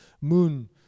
moon